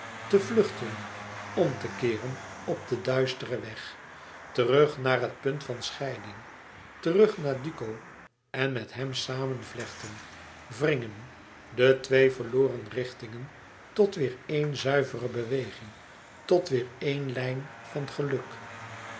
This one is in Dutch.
te vluchten om te keeren op den duisteren weg terug naar het punt van scheiding terug naar duco en met hem samen vlechten wringen de twee verlorene richtingen tot weêr éen zuivere beweging tot weer éen lijn van geluk